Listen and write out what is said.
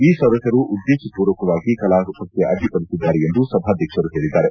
ಈ ಸದಸ್ಕರು ಉದ್ದೇಶಮೂರ್ವಕವಾಗಿ ಕಲಾಪಕ್ಕೆ ಅಡ್ಡಿಪಡಿಸಿದ್ದಾರೆ ಎಂದು ಸಭಾಧ್ಯಕ್ಷರು ಹೇಳಿದ್ದಾರೆ